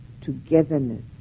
togetherness